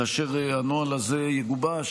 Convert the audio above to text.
שכאשר הנוהל הזה יגובש,